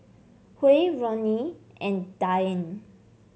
Huy Roni and Dayne